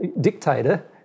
dictator